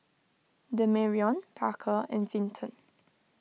Demarion Parker and Vinton